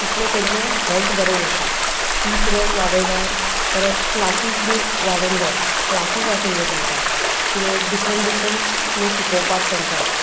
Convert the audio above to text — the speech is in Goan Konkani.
तितलें तेंचें हेल्त बरें उरता पी ई पिरियड वाडयल्या परत क्लासीस बी वाडोंक जाय क्लासीस आसूंक जाय तांकां किदें डिफरंट डिफरंट किदें शिकोवपाक तांकां